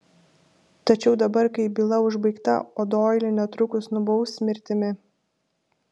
tačiau dabar kai byla užbaigta o doilį netrukus nubaus mirtimi